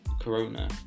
Corona